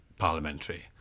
parliamentary